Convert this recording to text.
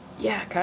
yeah, kind